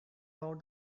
about